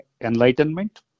enlightenment